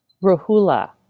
Rahula